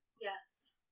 Yes